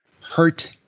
hurt